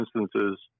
instances